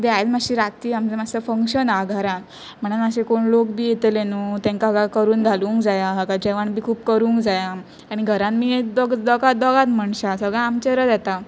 आयज मात्शी राती आमचां मात्सां फंक्शन आहा घरान म्हणोन मातशे कोण लोक बी येतले न्हू तेंकां करून घालूंक जायां असां काय जेवण बी खूब करूंक जायां आनी घरान बी एक दोगां दोगांच मनशां सगळां आमचेरच येता